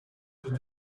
did